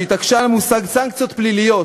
שהתעקשה על המושג "סנקציות פליליות"